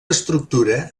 estructura